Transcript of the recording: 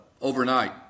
overnight